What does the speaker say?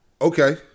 Okay